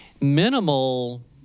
minimal